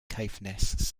caithness